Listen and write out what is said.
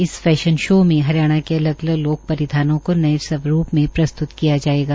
इस fashion show में हरियाणा के अलग अलग लोक परिधानों को नये स्वरूप में प्रस्तुत किया जाएगा